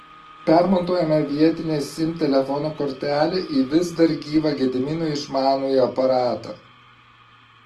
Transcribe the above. permontuojame vietinę sim telefono kortelę į vis dar gyvą gedimino išmanųjį aparatą